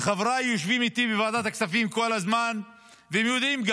וחבריי יושבים איתי בוועדת הכספים כל הזמן וגם הם יודעים: